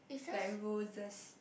like roses